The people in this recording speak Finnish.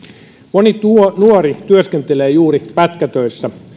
moni nuori työskentelee juuri pätkätöissä